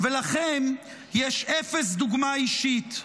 ולכם יש אפס דוגמה אישית.